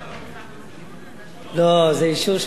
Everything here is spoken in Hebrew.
לא, זה אישור של ועדת הכספים.